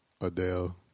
Adele